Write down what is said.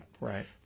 Right